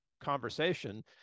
conversation